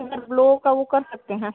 मतलब लोग का वह कर सकते हैं